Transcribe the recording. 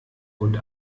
und